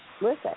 listen